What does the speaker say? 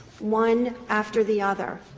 one after the other.